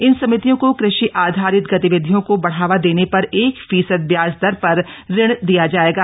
इन समितियों को कृषि आधारित गतिविधियों को बढ़ावा देने पर एक फीसद ब्याज दर पर ऋण दिया जाएगा